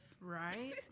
Right